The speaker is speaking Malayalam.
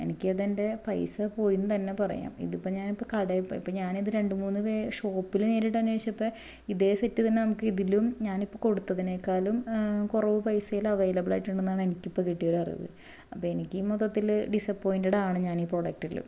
എനിക്ക് അത് എൻ്റെ പൈസ പോയി എന്ന് തന്നെ പറയാം ഇതിപ്പോൾ ഞാൻ ഇപ്പൊ കടയിൽ പോയപ്പോൾ ഞാൻ ഇത് രണ്ടുമൂന്നു ഷോപ്പിൽ നേരിട്ട് അന്വേഷിച്ചപ്പ ഇതേ സെറ്റ് തന്നെ നമുക്ക് ഇതിലും ഞാനിപ്പോൾ കൊടുത്തതിനെക്കാളും കൊറവ് പൈസയിൽ അവൈലബിൾ ആയിട്ടുണ്ടെന്നാണ് എനിക്കിപ്പോൾ കിട്ടിയ ഒരു അറിവ് അപ്പോൾ എനിക്കും മൊത്തത്തിൽ ഡിസപ്പോയിൻ്റടാണ് ഞാനീ പ്രൊഡക്റ്റിൽ